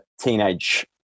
teenage